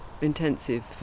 intensive